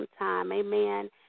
Amen